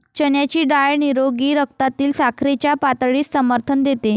चण्याची डाळ निरोगी रक्तातील साखरेच्या पातळीस समर्थन देते